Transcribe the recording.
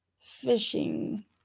fishing